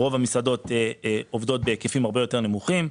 רוב המסעדות עובדות בהיקפים הרבה יותר נמוכים.